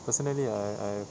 personally I I